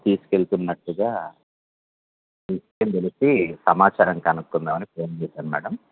తీసుకెళ్తున్నట్లుగా విషయం తెలిసి సమాచారం కనుక్కుందామని ఫోన్ చేశాను మేడమ్